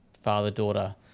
father-daughter